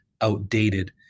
outdated